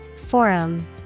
Forum